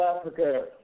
Africa